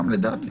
גם לדעתי.